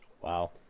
Wow